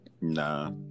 Nah